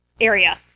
area